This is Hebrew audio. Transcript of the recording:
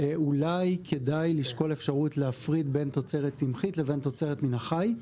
אולי כדאי לשקול אפשרות להפריד בין תוצרת צמחית לבין תוצרת מן החי,